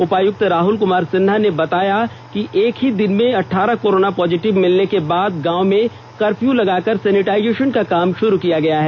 उपायुक्त राहल कुमार सिन्हा ने बताया कि एक ही दिन में अठारह कोरोना पॉजिटिव मिलने के बाद गांव में कफ्यूँ लगाकर सेनिटाइजेषन का काम शुरू किया गया है